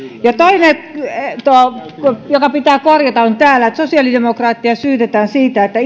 ja toinen mikä pitää korjata on se kun sosiaalidemokraatteja syytetään siitä että